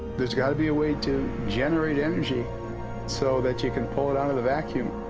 there's got to be a way to generate energy so that you could pull it out of the vacuum.